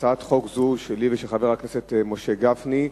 הצעת חוק זו שלי ושל חבר הכנסת משה גפני,